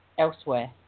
elsewhere